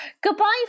Goodbye